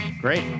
great